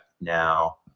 now